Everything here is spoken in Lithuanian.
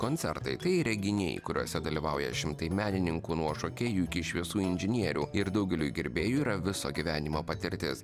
koncertai tai reginiai kuriuose dalyvauja šimtai menininkų nuo šokėjų iki šviesų inžinierių ir daugeliui gerbėjų yra viso gyvenimo patirtis